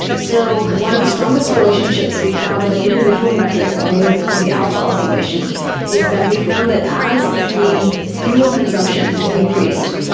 so one of the strongest relationships we found of an individual metric with the alpha oscillation is that we found that as the fuel consumption increased,